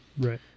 Right